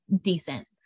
decent